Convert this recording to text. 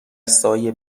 سایه